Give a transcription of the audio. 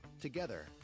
Together